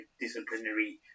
disciplinary